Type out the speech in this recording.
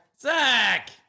Zach